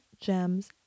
gems